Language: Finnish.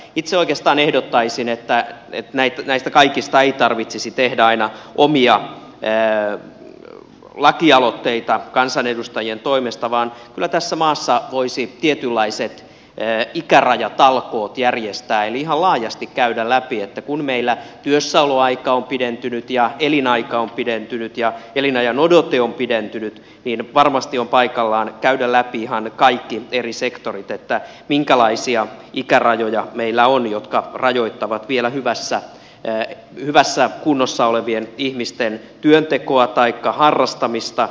itse oikeastaan ehdottaisin että näistä kaikista ei tarvitsisi tehdä aina omia lakialoitteita kansanedustajien toimesta vaan kyllä tässä maassa voisi tietynlaiset ikärajatalkoot järjestää eli kun meillä työssäoloaika on pidentynyt ja elinaika on pidentynyt ja elinajanodote on pidentynyt niin varmasti on paikallaan käydä läpi laajasti ihan ne kaikki eri sektorit että minkälaisia ikärajoja meillä on jotka rajoittavat vielä hyvässä kunnossa olevien ihmisten työntekoa taikka harrastamista